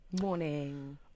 Morning